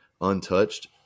untouched